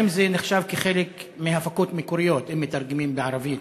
האם זה נחשב כחלק מהפקות מקוריות אם מתרגמים לערבית,